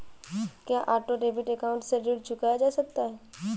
क्या auto debit account से ऋण चुकाया जा सकता है?